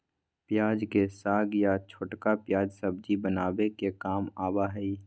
प्याज के साग या छोटका प्याज सब्जी बनावे के काम आवा हई